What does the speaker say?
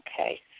Okay